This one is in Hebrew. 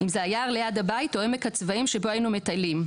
אם זה היה ליד הבית או עמק הצבאים שבו היינו מטיילים.